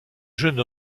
jeune